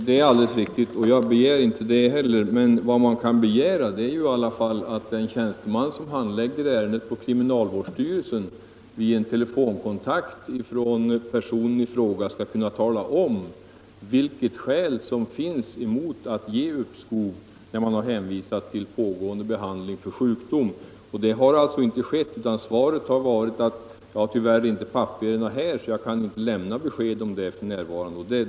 Herr talman! Det som justitieministern säger är alldeles riktigt, och jag begär ju inte heller något sådant svar. Men vad man kan begära är att den tjänsteman som handlägger ärendet på kriminalvårdsstyrelsen vid en telefonkontakt med personen i fråga skall kunna tala om vilket skäl som föreligger för avslag, när den sökande har hänvisat till pågående behandling för sjukdom. Det har alltså inte skett utan svaret har varit: Jag har tyvärr inte papperen här, så jag kan inte lämna besked om det f.n.